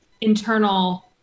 internal